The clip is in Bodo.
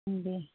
दे